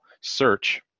search